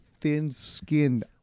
thin-skinned